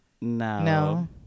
No